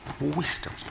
wisdom